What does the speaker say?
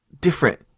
different